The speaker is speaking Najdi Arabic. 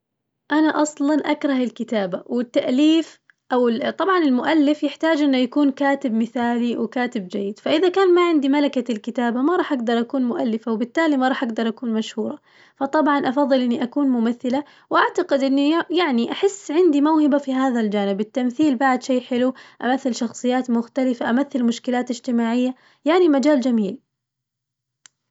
أنا أصلاً أكره الكتابة واالتأليف أو ال- طبعاً المؤلف يحتاج إنه يكون كاتب مثالي وكاتب جيد، فإذا ما كان عندي ملكة الكتابة ما راح أقدر أكون مؤلفة وبالتالي ما راح أقدر أكون مشهورة، فطبعاً أفضل إني أكون ممثلة وأعتقد إني ي- يعني أحس عندي موهبة في هذا الجانب، التمثيل بعد شي حلو، أمثل شخصيات مختلفة أمثل مشكلات اجتماعية، يعني مجال جميل.